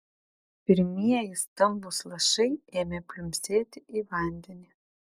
pirmieji stambūs lašai ėmė pliumpsėti į vandenį